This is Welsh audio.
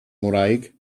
ngwraig